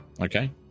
Okay